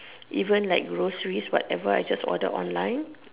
even like groceries whatever I just order online